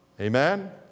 Amen